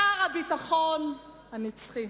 שר הביטחון הנצחי.